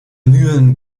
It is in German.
mühlen